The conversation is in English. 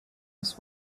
his